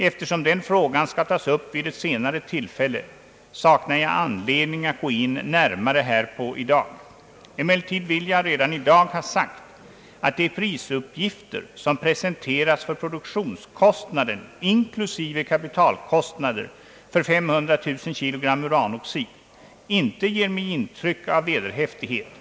Eftersom den frågan skall tas upp vid ett senare tillfälle, saknar jag anledning att gå närmare in härpå i dag. Emellertid vill jag redan i dag ha sagt, att de prisuppgifter, som presenteras för produktionskostnaden inklusive kapitalkostnader för 500 000 kg uranoxid, inte ger mig intryck av vederhäftighet Ang.